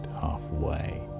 halfway